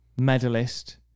medalist